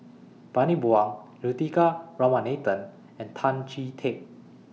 Bani Buang Juthika Ramanathan and Tan Chee Teck